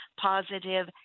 positive